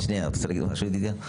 שנייה, רצית להגיד משהו ידידיה?